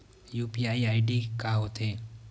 UPI ID का होथे?